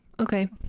Okay